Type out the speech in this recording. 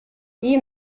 wie